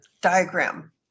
diagram